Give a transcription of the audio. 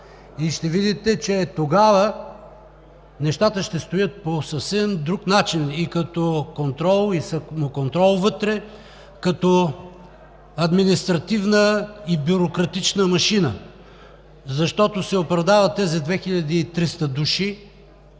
Ще видите, че тогава нещата ще стоят по съвсем друг начин като контрол, като самоконтрол, като административна и бюрократична машина. Защото тези 2300 души